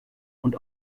und